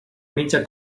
mitja